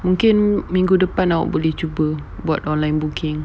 mungkin minggu depan kamu boleh cuba buat online booking